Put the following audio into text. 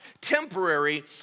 Temporary